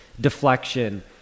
deflection